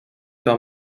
par